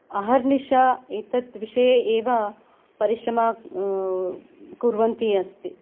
अहर्निश एतद् विषये एव परिश्रम कुर्वन्ति अस्ति